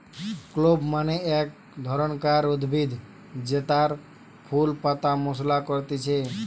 clove মানে এক ধরণকার উদ্ভিদ জেতার ফুল পাতা মশলা করতিছে